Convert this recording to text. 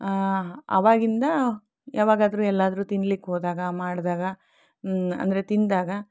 ಅವಾಗಿಂದ ಯಾವಾಗಾದ್ರೂ ಎಲ್ಲಾದ್ರೂ ತಿನ್ಲಿಕ್ಕೆ ಹೋದಾಗ ಮಾಡಿದಾಗ ಅಂದರೆ ತಿಂದಾಗ